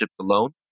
alone